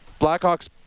Blackhawks